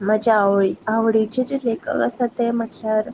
म्हज्या आवळी आवडीचे जे लेखक आसा ते म्हटल्यार